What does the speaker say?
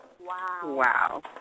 Wow